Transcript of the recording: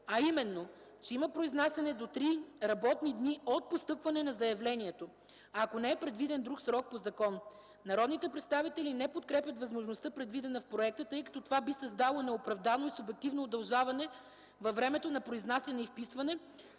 а именно че има произнасяне до три работни дни от постъпването на заявлението, ако не е предвиден друг срок по закон. Народните представители не подкрепят възможността, предвидена в проекта, тъй като това би създало неоправдано и субективно удължаване във времето на произнасяне и вписване,